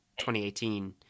2018